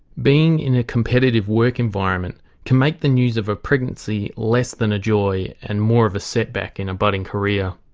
being in a competitive work environment can make the news of a pregnancy less than a joy and more of a setback in a budding career.